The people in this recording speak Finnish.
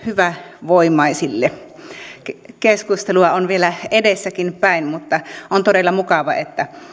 hyvävoimaisilta keskustelua on vielä edessäkin päin mutta on todella mukava että